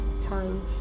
time